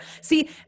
see